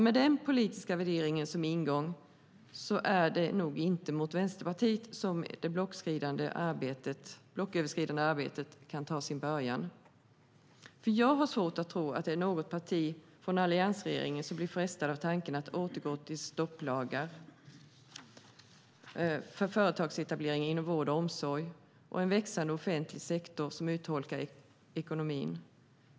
Med den politiska värderingen som ingång är det nog inte med Vänsterpartiet som det blocköverskridande arbetet kan ta sin början. Jag har svårt att tro att det är något parti från alliansregeringen som blir frestat av tanken på att återgå till stopplagar för företagsetableringar inom vård och omsorg och en växande offentlig sektor som urholkar ekonomin.